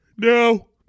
no